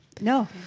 No